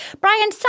Brian